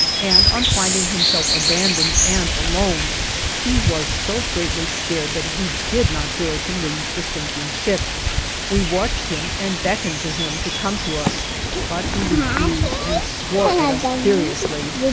and on finding himself abandoned and alone he was so greatly scared that he did not dare to leave the sinking ship we watched him, and beckoned to him to come to us but he refused, and swore at us furiously.